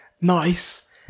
nice